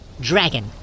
dragon